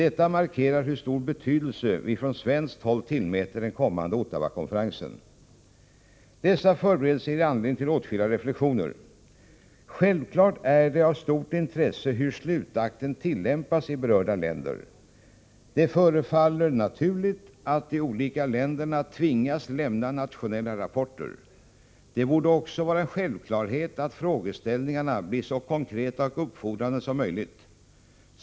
Detta markerar hur stor betydelse den svenska regeringen tillmäter den kommande Ottawakonferensen. Dessa förberedelser ger anledning till åtskilliga reflexioner. Självfallet är det av stort intresse hur slutakten tillämpats i berörda länder. Det förefaller naturligt att de olika länderna tvingas lämna nationella rapporter. Det borde också vara en självklarhet att frågeställningarna blir så konkreta och uppfordrande som möjligt.